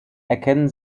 erkennen